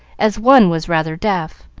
as one was rather deaf,